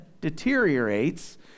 deteriorates